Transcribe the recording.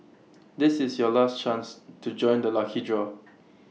this is your last chance to join the lucky draw